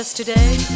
today